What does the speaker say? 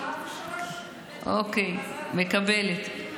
--- ושלוש --- אוקיי, מקבלת.